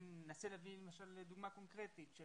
אני אנסה לתת דוגמה קונקרטית של